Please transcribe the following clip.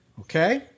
Okay